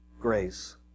grace